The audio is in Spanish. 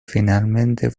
finalmente